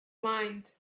mind